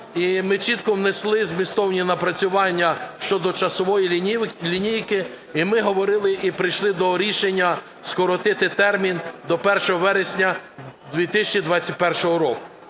ми чітко внесли змістовні напрацювання щодо часової лінійки. І ми говорили, і прийшли до рішення скоротити термін до 1 вересня 2021 року.